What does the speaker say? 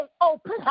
open